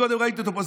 קודם ראיתי אותו פה.